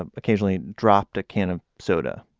ah occasionally dropped a can of soda.